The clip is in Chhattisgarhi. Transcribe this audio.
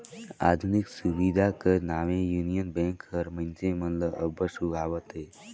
आधुनिक सुबिधा कर नावें युनियन बेंक हर मइनसे मन ल अब्बड़ सुहावत अहे